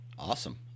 Awesome